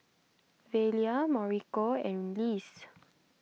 Velia Mauricio and Lise